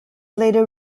later